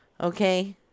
Okay